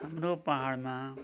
हाम्रो पहाडमा